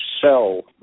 sell